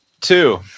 Two